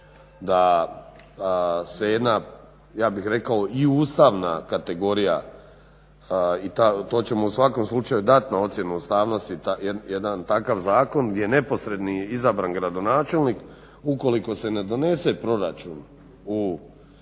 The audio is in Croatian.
da se jedna ja bih rekao i ustavna kategorija i to ćemo u svakom slučaju dat na ocjenu ustavnosti jedan takav zakon gdje neposredno izabran gradonačelnik ukoliko se ne donese proračun u